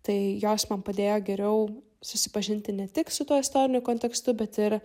tai jos man padėjo geriau susipažinti ne tik su tuo istoriniu kontekstu bet ir